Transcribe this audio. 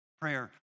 prayer